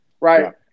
Right